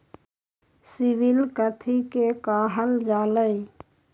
CIBIL कथि के काहल जा लई?